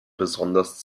besonders